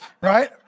right